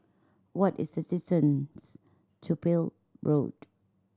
what is the distance to Peel Road